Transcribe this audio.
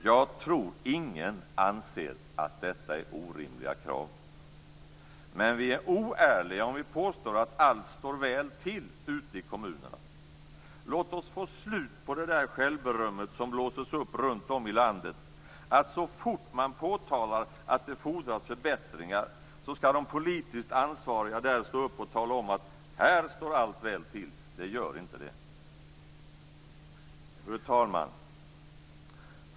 Jag tror att ingen anser att detta är orimliga krav. Men vi är oärliga om vi påstår att allt står väl till i kommunerna. Låt oss få slut på det där självberömmet som blåses upp runt om i landet, att så fort man påtalar att det fordras förbättringar skall de politiskt ansvariga stå upp och tala om: Här står allt väl till! Det gör det inte! Fru talman!